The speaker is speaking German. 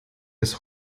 des